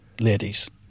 ladies